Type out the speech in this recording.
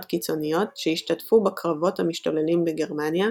קיצוניות שהשתתפו בקרבות המשתוללים בגרמניה,